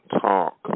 talk